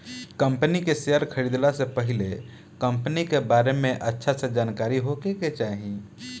company के share खरीदला से पहिले कंपनी के बारे में अच्छा से जानकारी होखे के चाही